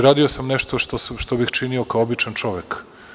Radio sam nešto što bih činio kao običan čovek.